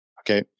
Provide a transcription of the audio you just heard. Okay